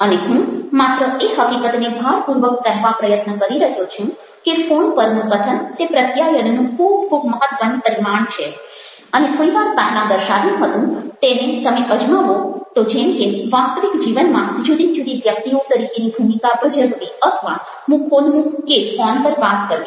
અને હું માત્ર એ હકીકતને ભારપૂર્વક કહેવાપ્રયત્ન કરી રહ્યો છું કે ફોન પરનું કથન તે પ્રત્યાયનનું ખૂબ ખૂબ મહત્ત્વનું પરિમાણ છે અને થોડી વાર પહેલાં દર્શાવ્યું હતું તેને તમે અજમાવો તો જેમ કે વાસ્તવિક જીવનમાં જુદી જુદી વ્યક્તિઓ તરીકેનો ભૂમિકા ભજવવી અથવા મુખોન્મુખ કે ફોન પર વાત કરવી